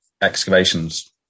Excavations